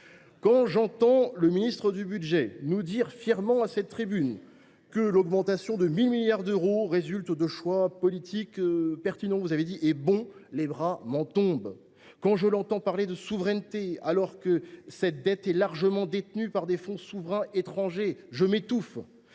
Quand j’entends le ministre du budget nous dire fièrement, à cette tribune, que l’augmentation de la dette de 1 000 milliards d’euros résulte de choix politiques pertinents et bons, les bras m’en tombent. Quand je l’entends parler de souveraineté alors que cette dette est largement détenue par des fonds souverains étrangers, je m’étouffe.